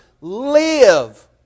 live